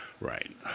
Right